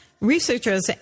Researchers